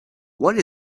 what